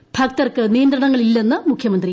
ശബരിമലയിൽ ഭക്തർക്ക് നിയന്ത്രണങ്ങളില്ലെന്ന് മുഖ്യമന്ത്രി